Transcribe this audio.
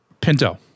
Pinto